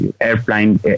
airplane